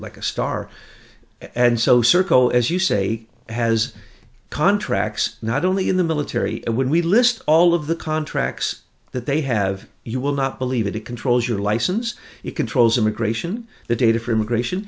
like a star and so circle as you say has contracts not only in the military when we list all of the contracts that they have you will not believe it it controls your license it controls immigration the data for immigration